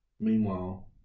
Meanwhile